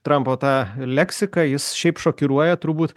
trampo tą leksiką jis šiaip šokiruoja turbūt